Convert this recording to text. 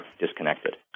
disconnected